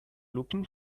looking